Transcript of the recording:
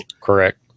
correct